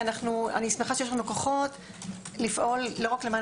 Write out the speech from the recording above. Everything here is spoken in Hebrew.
אני שמחה שיש לנו כוחות לפעול לא רק למען